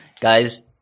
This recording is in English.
guys